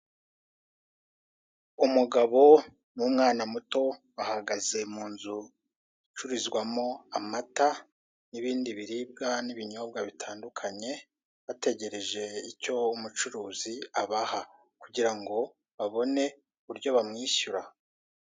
Umugabo n'umwana muto bahagaze mu nzu icururizwamo amata n'ibindi biribwa n'ibinyobwa bitandukanye, bategereje icyo umucuruzi abaha. Kugirango babone uburyo bamwishyura.